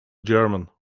german